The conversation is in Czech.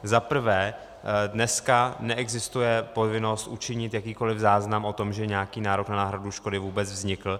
Za prvé, dneska neexistuje povinnost učinit jakýkoliv záznam o tom, že nějaký nárok na náhradu škody vůbec vznikl.